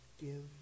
give